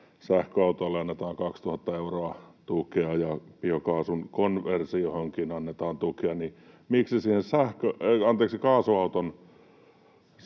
sähköautoille annetaan 2 000 euroa tukea ja biokaasun konversioonkin annetaan tukea, niin